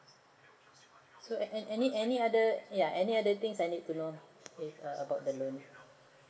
so a~ any other ya any other things that I need to know if uh about the loan